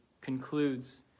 concludes